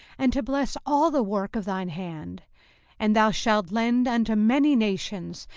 and to bless all the work of thine hand and thou shalt lend unto many nations,